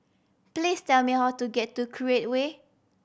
please tell me how to get to Create Way